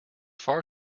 far